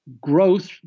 growth